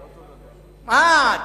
אה,